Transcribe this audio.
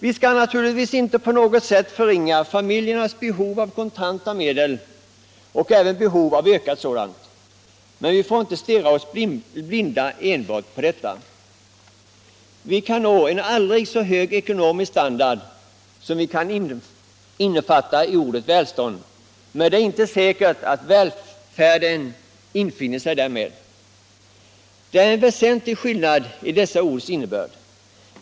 Vi skall naturligtvis inte på något sätt förringa familjernas behov av ökade kontanta medel. Men vi får inte stirra oss blinda på detta. Även om vi får en aldrig så hög ekonomisk standard och uppnår vad som kan innefattas i ordet välsrdånd är det inte säkert att därmed välfärden infinner sig. Det är en väsentlig skillnad i innebörden av dessa ord.